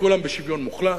כולם בשוויון מוחלט.